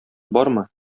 бармы